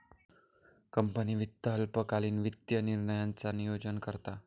company वित्त अल्पकालीन वित्तीय निर्णयांचा नोयोजन करता